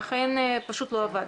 ואכן פשוט לא עבד.